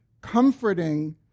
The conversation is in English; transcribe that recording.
comforting